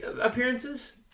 appearances